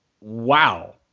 wow